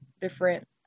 different